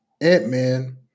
Ant-Man